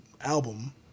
album